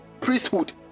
priesthood